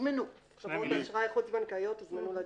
חברות אשראי חוץ בנקאיות הוזמנו לדיון.